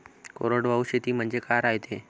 कोरडवाहू शेती म्हनजे का रायते?